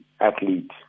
athlete